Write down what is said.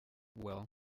well